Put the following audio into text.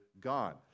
God